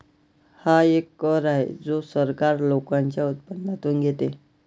हा एक कर आहे जो सरकार लोकांच्या उत्पन्नातून घेते